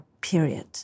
period